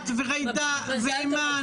את, ג'ידא ואימאן.